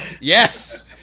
Yes